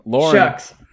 Shucks